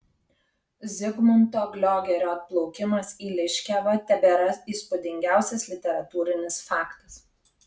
zigmunto gliogerio atplaukimas į liškiavą tebėra įspūdingiausias literatūrinis faktas